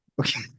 okay